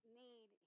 need